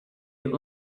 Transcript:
eat